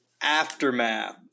aftermath